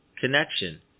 connection